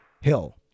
Hill